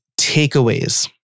takeaways